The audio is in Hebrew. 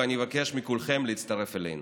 ואני מבקש מכולכם להצטרף אלינו.